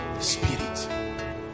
Spirit